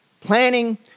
planning